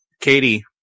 Katie